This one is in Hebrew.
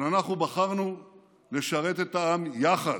אבל אנחנו בחרנו לשרת את העם יחד,